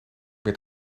meer